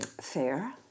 fair